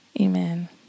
Amen